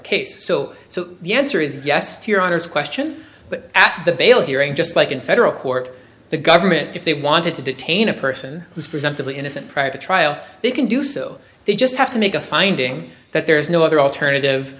case so so the answer is yes to your honor's question but at the bail hearing just like in federal court the government if they wanted to detain a person who's presumptively innocent prior to trial they can do so they just have to make a finding that there is no other alternative